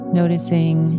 noticing